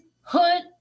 hood